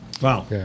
Wow